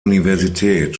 universität